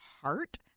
heart